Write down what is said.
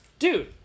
Dude